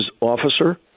officer